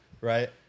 right